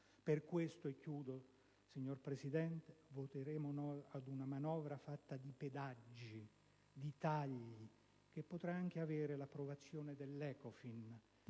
Per queste ragioni, e concludo signor Presidente, voteremo contro una manovra fatta di pedaggi, di tagli, che potrà anche avere l'approvazione dell'Ecofin,